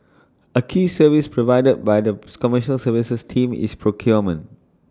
A key service provided by the commercial services team is procurement